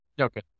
Okay